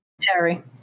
Terry